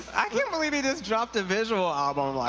i can't believe he just dropped a video um um like